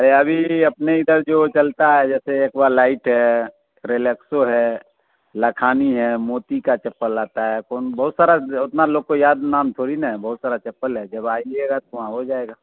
ارے ابھی اپنے ادھر جو چلتا ہے جیسے ایکوا لائٹ ہے ریلیکسو ہے لکھانی ہے موتی کا چپل آتا ہے کون بہت سارا اتنا لوگ کو یاد نام تھوڑی نا بہت سارا چپل ہے جب آئیے گا تو وہاں ہو جائے گا